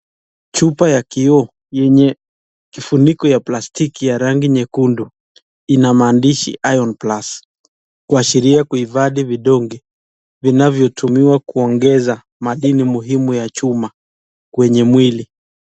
Chupa ya kioo yenye kifuniko ya plastiki ya rangi nyekundu, ina maandishi IRON PLUS.Kuashiria kuhifadhi vidonge vinavyotumiwa kuongeza madini muhimu ya chuma kwenye mwili.